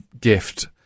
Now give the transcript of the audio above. gift